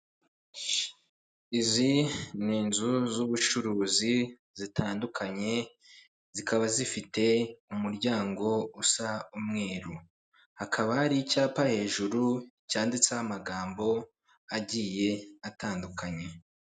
Izi ni inzu z'ubucuruzi zitandukanye zikaba zifite umuryango usa umweru, hakaba hari icyapa hejuru cyanditseho amagambo agiye atandukanye.